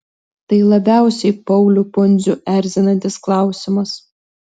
tai labiausiai paulių pundzių erzinantis klausimas